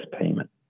payment